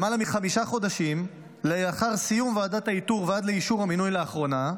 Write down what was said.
למעלה מחמישה חודשים לאחר סיום ועדת האיתור ועד לאישור המינוי לאחרונה.